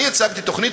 אני הצגתי תוכנית,